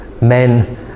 Men